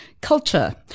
culture